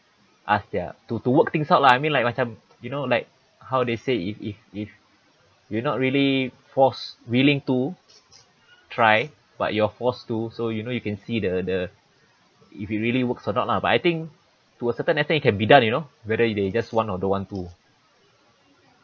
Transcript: ask their to to work things out lah I mean like macam you know like how they say if if if you're not really forced willing to try but you are forced to so you know you can see the the if it really works or not lah but I think to a certain extent it can be done you know whether they just want or don't want to